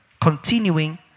Continuing